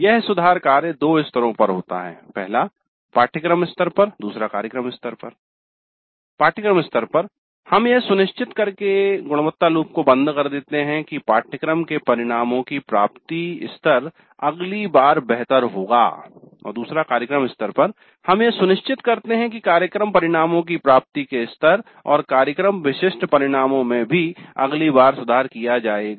यह सुधार कार्य दो स्तरों पर होता है पाठ्यक्रम स्तर पर हम यह सुनिश्चित करके गुणवत्ता लूप को बंद कर देते है कि पाठ्यक्रम के परिणामों की प्राप्ति स्तर अगली बार बेहतर होगा और कार्यक्रम स्तर पर हम यह सुनिश्चित करते हैं कि कार्यक्रम परिणामों की प्राप्ति के स्तर और कार्यक्रम विशिष्ट परिणामों में भी अगली बार सुधार किया जायेगा